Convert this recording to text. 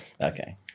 Okay